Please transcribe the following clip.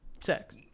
sex